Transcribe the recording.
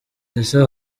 ese